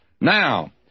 Now